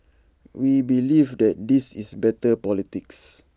we believe that this is better politics